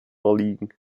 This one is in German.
erliegen